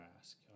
ask